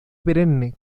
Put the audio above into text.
perenne